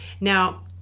Now